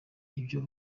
ibyo